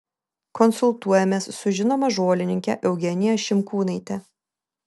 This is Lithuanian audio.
konsultuojamės su žinoma žolininke eugenija šimkūnaite